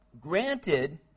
granted